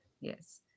Yes